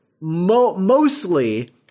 mostly